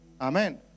Amen